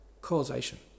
causation